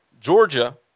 Georgia